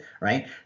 right